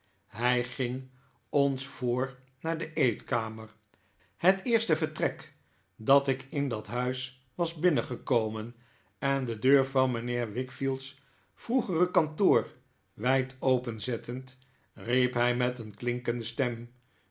hij ging ons voor naar de eetkamer het eerste vertrek dat ik in dat huis was binnengekomen en de deur van mijnheer wickfield's vroegere kantoor wijd openzettend riep hij met een klinkende stem